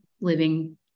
living